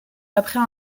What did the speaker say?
après